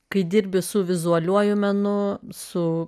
kai dirbi su vizualiuoju menu su